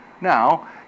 Now